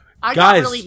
Guys